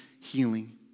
healing